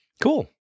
Cool